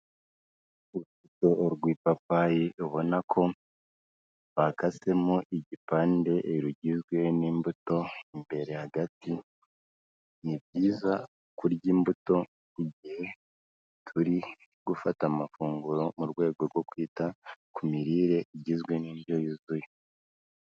Urubuto rw'ipapayi ubona ko bakasemo igipande, rugizwe n'imbuto imbere hagati. Ni byiza kurya imbuto igihe turi gufata amafunguro, mu rwego rwo kwita ku mirire igizwe n'indyo yuzuye.